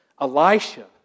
Elisha